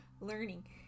learning